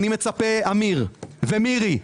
אני מצפה, אמיר ומירי,